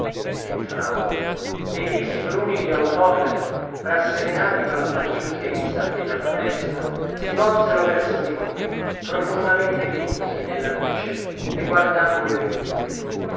entrammo dei visi bruni di autocrati rasserenati dalla fanciullezza e dalla festa si volsero verso di noi profondamente limpidi nella luce e guardammo le vedute